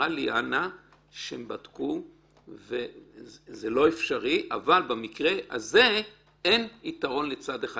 אמרה ליאנה שבמקרה הזה אין יתרון לצד אחד.